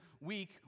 week